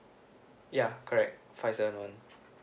ya correct five seven one